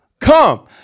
Come